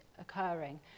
occurring